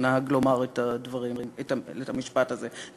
שנהג לומר את המשפט הזה,